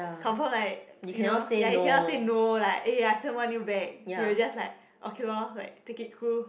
confirm like you know ya he cannot say no like eh I still want you back he will just like okay lor like take it cool